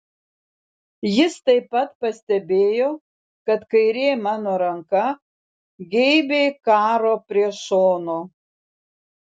jis taip pat pastebėjo kad kairė mano ranka geibiai karo prie šono